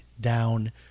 down